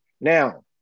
Now